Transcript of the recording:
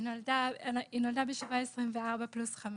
היא נולדה בשבוע 24 פלוס 5